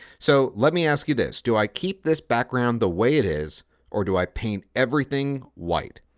so let me ask you this, do i keep this background the way it is or do i paint everything white?